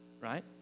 Right